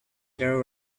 there